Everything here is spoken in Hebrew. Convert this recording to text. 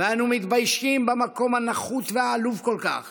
ואנו מתביישים במקום הנחות והעלוב כל כך